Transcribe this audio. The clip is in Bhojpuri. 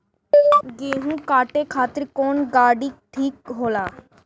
गेहूं काटे खातिर कौन गाड़ी ठीक होला?